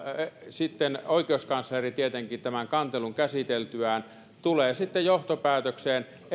sitten oikeuskansleri tietenkin tämän kantelun käsiteltyään tulee johtopäätökseen siitä